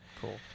Cool